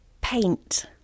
Paint